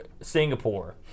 Singapore